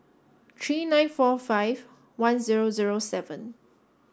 three nine four five one zero zero seven